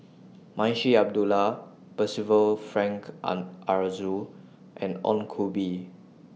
Munshi Abdullah Percival Frank Aroozoo and Ong Koh Bee